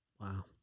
Wow